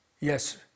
yes